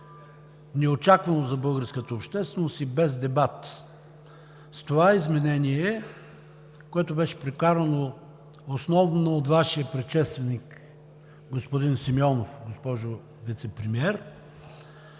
неочаквано за българската общественост и без дебат. С това изменение, което беше прокарано основно от Вашия предшественик господин Симеонов, госпожо Вицепремиер,